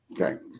Okay